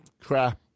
crap